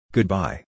Goodbye